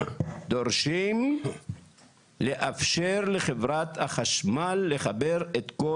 דורשים לאפשר לחברת החשמל לחבר את כל